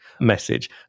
message